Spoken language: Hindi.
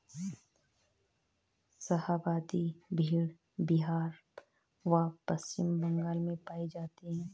शाहाबादी भेड़ बिहार व पश्चिम बंगाल में पाई जाती हैं